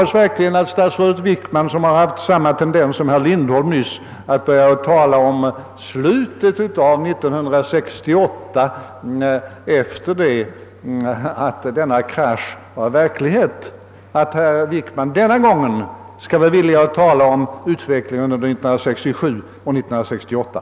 Statsrådet Wickman har haft samma tendens som herr Lindholm nyss att nästan bara tala om slutet av 1968, alltså sedan kraschen var verklighet. Jag hoppas verkligen att herr Wickman denna gång skall vara villig tala om utvecklingen under 1967 och 1968.